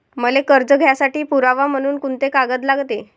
मले कर्ज घ्यासाठी पुरावा म्हनून कुंते कागद लागते?